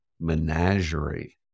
menagerie